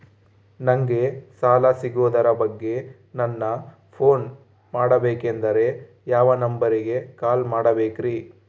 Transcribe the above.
ನಂಗೆ ಸಾಲ ಸಿಗೋದರ ಬಗ್ಗೆ ನನ್ನ ಪೋನ್ ಮಾಡಬೇಕಂದರೆ ಯಾವ ನಂಬರಿಗೆ ಕಾಲ್ ಮಾಡಬೇಕ್ರಿ?